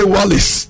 Wallace